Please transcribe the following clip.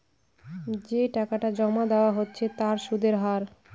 যে টাকাটা জমা দেওয়া হচ্ছে তার সুদের হার